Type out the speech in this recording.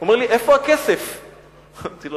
אומר לי: